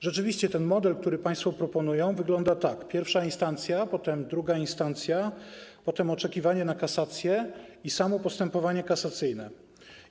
Rzeczywiście ten model, który państwo proponują, wygląda tak: pierwsza instancja, potem druga instancja, potem oczekiwanie na kasacje i samo postępowanie kasacyjne.